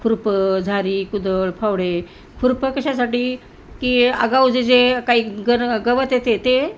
खुरपं झारी कुदळ फावडे खुरपं कशासाठी की आगाऊचे जे काही गर गवत येते ते